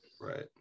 Right